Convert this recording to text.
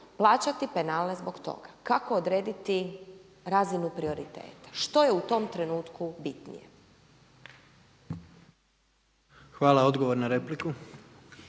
plaćati penale zbog toga. Kako odrediti razinu prioriteta? Što je u tom trenutku bitnije? **Jandroković,